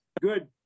good